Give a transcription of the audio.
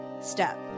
step